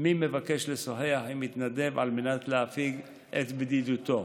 מי מבקש לשוחח עם מתנדב על מנת להפיג את בדידותו,